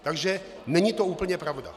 Takže není to úplně pravda.